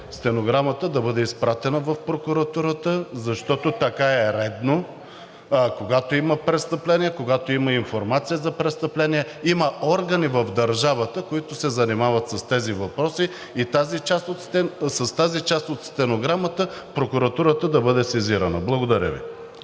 стенограмата да бъде изпратена в прокуратурата, защото така е редно. Когато има престъпление, когато има информация за престъпление, има органи в държавата, които се занимават с тези въпроси, и с тази част от стенограмата прокуратурата да бъде сезирана. Благодаря Ви.